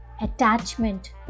attachment